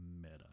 meta